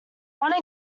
one